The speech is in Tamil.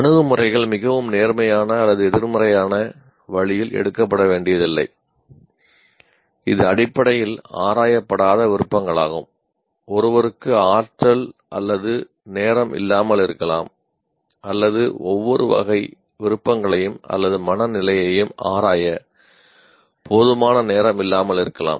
அணுகுமுறைகள் மிகவும் நேர்மறையான அல்லது எதிர்மறையான வழியில் எடுக்கப்பட வேண்டியதில்லை இது அடிப்படையில் ஆராயப்படாத விருப்பங்களாகும் ஒருவருக்கு ஆற்றல் அல்லது நேரம் இல்லாமல் இருக்கலாம் அல்லது ஒவ்வொரு வகை விருப்பங்களையும்அல்லது மனநிலையையும் ஆராய போதுமான நேரம் இல்லாமல் இருக்கலாம்